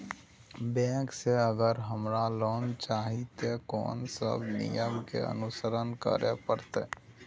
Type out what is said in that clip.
Bank से अगर हमरा लोन चाही ते कोन सब नियम के अनुसरण करे परतै?